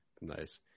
Nice